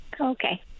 Okay